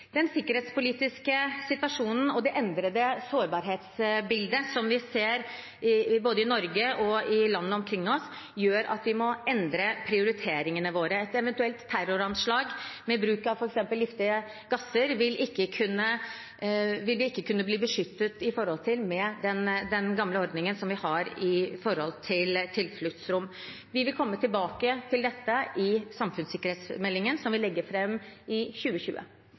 Den sikkerhetspolitiske situasjonen og det endrede sårbarhetsbildet som vi ser både i Norge og i landene omkring oss, gjør at vi må endre prioriteringene våre. Ved et eventuelt terroranslag med bruk av f.eks. giftige gasser vil vi ikke kunne bli beskyttet med den gamle ordningen vi har med tilfluktsrom. Vi vil komme tilbake til dette i samfunnssikkerhetsmeldingen, som vi legger frem i 2020.